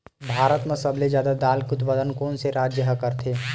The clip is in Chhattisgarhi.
भारत मा सबले जादा दाल के उत्पादन कोन से राज्य हा करथे?